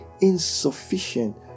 insufficient